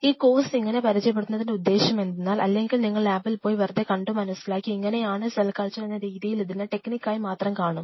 ഈ കോഴ്സ്സ് ഇങ്ങനെ പരിചയപ്പെടുത്തുന്നതിൻറെ ഉദ്ദേശം എന്തെന്നാൽ അല്ലെങ്കിൽ നിങ്ങൾ ലാബിൽ പോയി വെറുതെ കണ്ടു മനസ്സിലാക്കി ഇങ്ങനെയാണ് സെൽ കൾച്ചർ എന്ന രീതിയിൽ ഇതിൽ ടെക്നിക്കായി മാത്രം കാണും